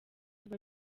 biba